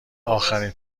اخرین